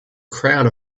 crowd